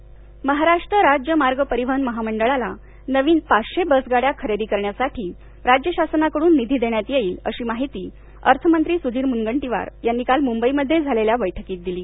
वस खरेदी महाराष्ट्र राज्य मार्ग परिवहन महामंडळाला नवीन पाचशे बसगाड्या खरेदी करण्यासाठी राज्य शासनाकडून निधी देण्यात येईल अशी माहिती अर्थमंत्री सुधीर मुनगंटीवार यांनी काल मुंबईमध्ये झालेल्या बैठकीत दिली